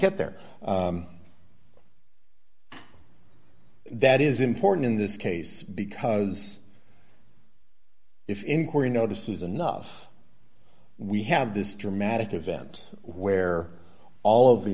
get there that is important in this case because if inquiry notices enough we have this dramatic event where all of the